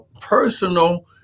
personal